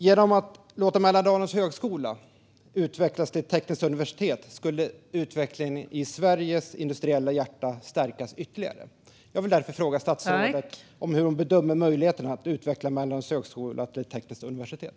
Genom att låta Mälardalens högskola utvecklas till ett tekniskt universitet skulle man ytterligare stärka utvecklingen i Sveriges industriella hjärta. Jag vill därför fråga statsrådet hur hon bedömer möjligheterna att utveckla Mälardalens högskola till ett tekniskt universitet.